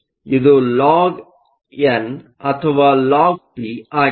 ಆದ್ದರಿಂದ ಇದು log n ಅಥವಾ ಲಾಗ್ ಪಿ ಆಗಿದೆ